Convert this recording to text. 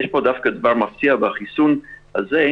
יש פה דווקא דבר מפתיע בחיסון הזה,